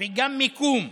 וגם מיקום.